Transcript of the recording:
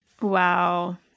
Wow